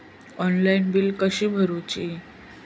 Online बिला कशी भरूची?